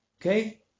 Okay